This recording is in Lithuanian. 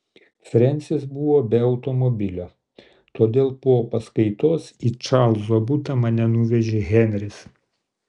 frensis buvo be automobilio todėl po paskaitos į čarlzo butą mane nuvežė henris